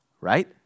right